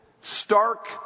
stark